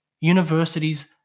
Universities